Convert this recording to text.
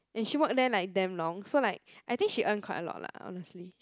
and she work there like damn long so like I think she earn quite a lot lah honestly